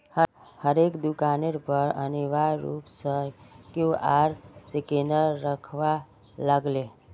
हरेक दुकानेर पर अनिवार्य रूप स क्यूआर स्कैनक रखवा लाग ले